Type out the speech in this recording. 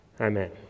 Amen